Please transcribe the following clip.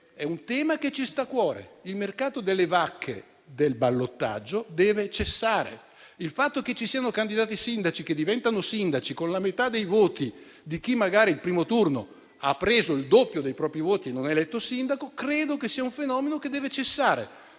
è un tema che ci sta a cuore. Il mercato delle vacche del ballottaggio deve cessare. Il fatto che vi siano candidati sindaci che diventano sindaci con la metà dei voti di chi al primo turno ha magari preso il doppio dei voti, ma non è stato eletto sindaco, è un fenomeno che deve cessare.